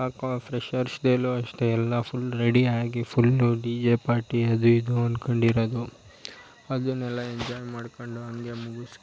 ಆ ಕ freshers day ಅಲ್ಲೂ ಅಷ್ಟೇ ಎಲ್ಲ ಫುಲ್ ರೆಡಿಯಾಗಿ ಫುಲ್ಲು ಡಿ ಜೆ ಪಾರ್ಟಿ ಅದು ಇದು ಅಂದ್ಕೊಂಡು ಇರೋದು ಅದನ್ನೆಲ್ಲ ಎಂಜಾಯ್ ಮಾಡಿಕೊಂಡು ಹಂಗೆ ಮುಗಿಸ್ಕೊಂಡು